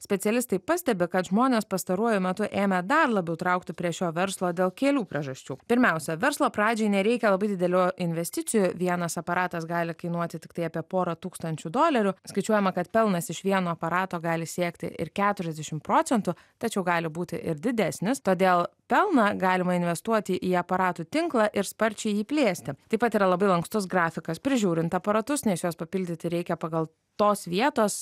specialistai pastebi kad žmones pastaruoju metu ėmė dar labiau traukti prie šio verslo dėl kelių priežasčių pirmiausia verslo pradžiai nereikia labai didelių investicijų vienas aparatas gali kainuoti tiktai apie porą tūkstančių dolerių skaičiuojama kad pelnas iš vieno aparato gali siekti ir keturiasdešim procentų tačiau gali būti ir didesnis todėl pelną galima investuoti į aparatų tinklą ir sparčiai jį plėsti taip pat yra labai lankstus grafikas prižiūrint aparatus nes juos papildyti reikia pagal tos vietos